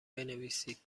بنویسید